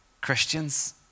Christians